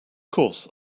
course